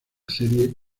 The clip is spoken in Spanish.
serie